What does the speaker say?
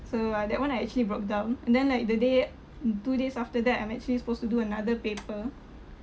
so uh that [one] I actually broke down and then like the day and two days after that I'm actually supposed to do another paper